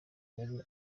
yari